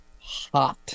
hot